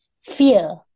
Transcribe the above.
fear